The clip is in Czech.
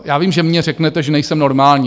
Já vím, že mně řeknete, že nejsem normální.